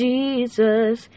Jesus